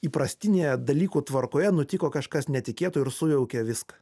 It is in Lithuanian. įprastinėje dalykų tvarkoje nutiko kažkas netikėto ir sujaukė viską